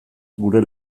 gure